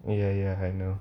ya ya I know